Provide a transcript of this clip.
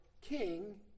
king